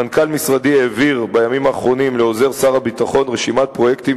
מנכ"ל משרדי העביר בימים האחרונים לעוזר שר הביטחון רשימת פרויקטים